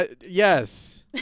Yes